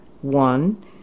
One